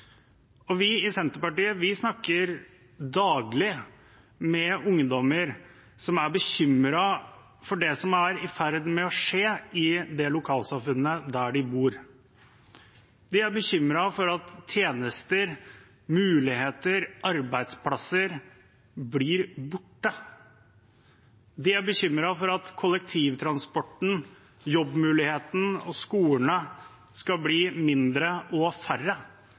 Vi i Senterpartiet snakker daglig med ungdommer som er bekymret for det som er i ferd med å skje i lokalsamfunnet der de bor. De er bekymret for at tjenester, muligheter og arbeidsplasser blir borte. De er bekymret for at kollektivtransporten, jobbmulighetene og skolene skal bli mindre og færre,